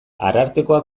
arartekoa